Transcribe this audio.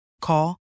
Call